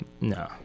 No